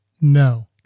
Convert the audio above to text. no